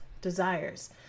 desires